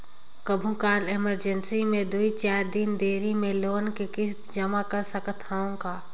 कभू काल इमरजेंसी मे दुई चार दिन देरी मे लोन के किस्त जमा कर सकत हवं का?